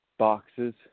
Boxes